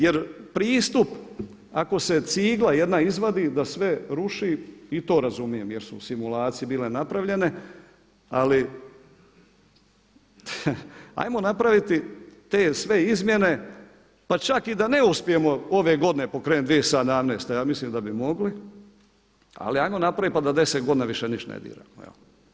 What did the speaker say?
Jer pristup ako se cigla jedna izvadi da sve ruši i to razumijem jer su simulacije bile napravljene, ali ajmo napraviti te sve izmjene pa čak i da ne uspijemo ove godine pokrenuti 2017., ja mislim da bi mogli ali ajmo napraviti pa da 10 godina više ništa ne diramo.